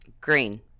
Green